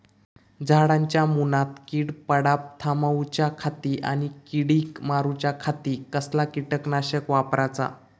झाडांच्या मूनात कीड पडाप थामाउच्या खाती आणि किडीक मारूच्याखाती कसला किटकनाशक वापराचा?